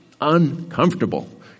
uncomfortable